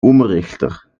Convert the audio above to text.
umrichter